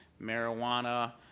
marijuana,